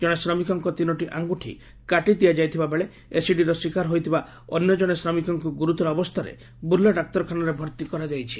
ଜଣେ ଶ୍ରମିକଙ୍ଙ ତିନୋଟି ଆଙ୍ଗୁଠି କାଟି ଦିଆଯାଇଥିବା ବେଳେ ଏସିଡିର ଶୀକାର ହୋଇଥିବା ଅନ୍ୟ ଗୁର୍ତର ଅବସ୍ରାରେ ବୂର୍ଲା ଡାକ୍ତରଖାନାରେ ଭର୍ତ୍ତି କରାଯାଇଛି